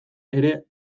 ere